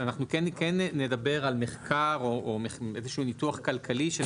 אנחנו כן נדבר על מחקר או איזשהו ניתוח כלכלי של